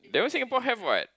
there was Singapore had what